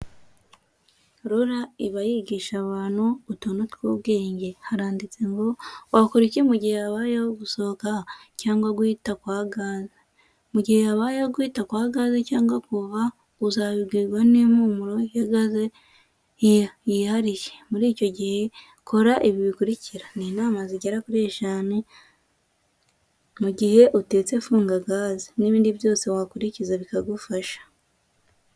Rura iba yigisha abantu, utuntu tw'ubwenge, haranditse ngo wakora iki mu gihe habayeho gusohoka, cyangwa guhita kwa gaze, mu gihe habayeho guhita kwa gaze cyangwa kuva uzabibwirwa n'impumuro ya gaze yihariye, muri icyo gihe kora ibi bikurikira, ni inama zigera kuri eshanu, mu gihe utetse funga gazi n'ibindi byose wakurikiza bikagufasha.